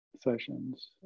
sessions